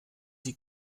sie